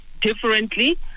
differently